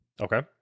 Okay